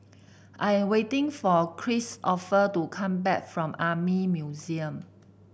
I am waiting for Kristoffer to come back from Army Museum